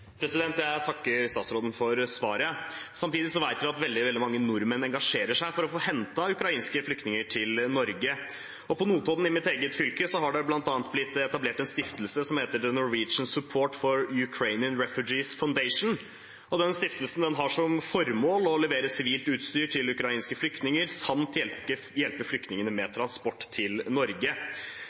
Jeg takker statsråden for svaret. Samtidig vet vi at veldig mange nordmenn engasjerer seg for å hente ukrainske flyktninger til Norge. På Notodden, i mitt eget fylke, har det bl.a. blitt etablert en stiftelse som heter The Norwegian Support for Ukrainian Refugees Foundation. Stiftelsen har som formål å levere sivilt utstyr til ukrainske flyktninger, samt hjelpe flyktningene med transport til Norge.